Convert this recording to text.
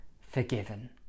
forgiven